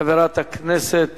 חברת הכנסת